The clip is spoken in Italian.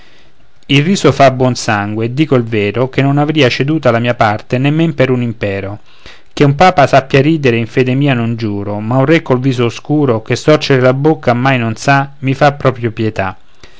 il riso fa buon sangue e dico il vero che non avria ceduta la mia parte nemmen per un impero che un papa sappia ridere in fede mia non giuro ma un re col viso oscuro che storcere la bocca mai non sa mi fa proprio pietà